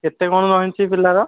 କେତେ କ'ଣ ରହିଛି ପିଲାର